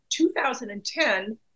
2010